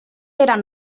eren